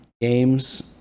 games